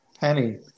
Penny